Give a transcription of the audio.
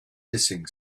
hissing